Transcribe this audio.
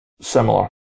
similar